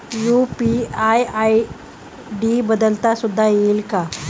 UPI ID बदलता सुद्धा येईल का?